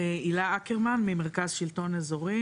שם הילה אקרמן ממרכז השלטון האזורי.